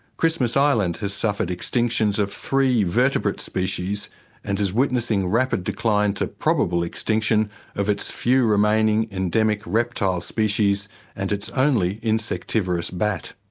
christmas island has suffered extinctions of three vertebrate species and is witnessing rapid decline to probable extinction of its few remaining endemic retile species and its only insectivorous bat.